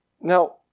Now